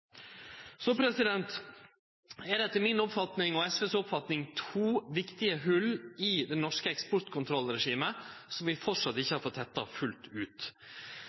det to viktige hòl i det norske eksportkontrollregimet som vi framleis ikkje har fått tetta fullt ut.